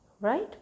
right